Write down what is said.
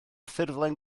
ffurflen